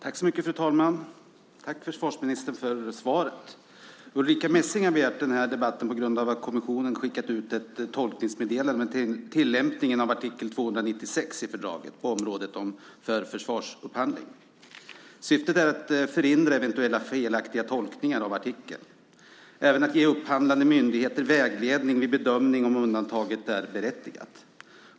Fru talman! Tack, försvarsministern, för svaret. Ulrica Messing har begärt den här debatten med anledning av att kommissionen har skickat ut ett tolkningsmeddelande om tillämpningen av artikel 296 i fördraget på området för försvarsupphandling. Syftet är att förhindra eventuella felaktiga tolkningar av artikeln och att ge upphandlande myndigheter vägledning vid bedömning om undantag är berättigat.